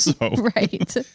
Right